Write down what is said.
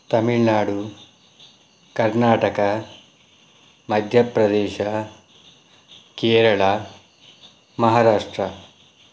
Tamil Nadu Karnataka Madhya Pradesh Kerala Maharashtra